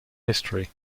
history